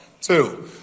two